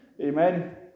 Amen